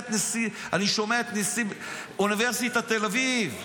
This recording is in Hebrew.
אני שומע את נשיא אוניברסיטת תל אביב,